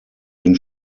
den